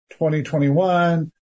2021